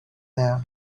there